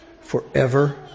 forever